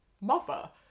mother